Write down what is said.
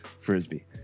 frisbee